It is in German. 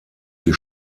die